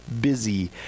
busy